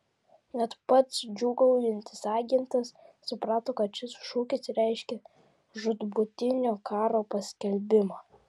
net pats džiūgaujantis agentas suprato kad šis šūkis reiškia žūtbūtinio karo paskelbimą